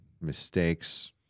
mistakes